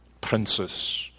princes